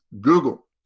Google